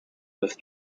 with